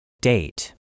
Date